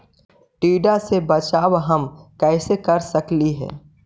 टीडा से बचाव हम कैसे कर सकली हे?